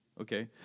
Okay